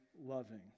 loving